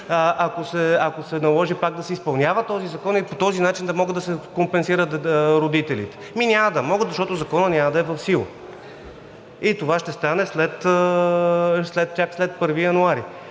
Ако се наложи пак да се изпълнява този закон и по този начин да могат да се компенсират родителите? Ами, няма да могат, защото Законът няма да е в сила. И това ще стане чак след 1 януари.